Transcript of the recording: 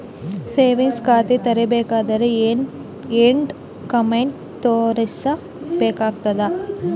Savings ಖಾತಾ ತೇರಿಬೇಕಂದರ ಏನ್ ಏನ್ಡಾ ಕೊಮೆಂಟ ತೋರಿಸ ಬೇಕಾತದ?